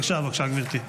בבקשה, גברתי.